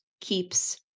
keeps